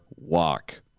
walk